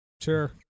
Sure